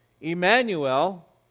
Emmanuel